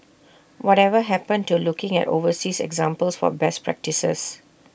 whatever happened to looking at overseas examples for best practices